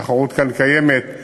התחרות כאן קיימת,